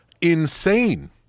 insane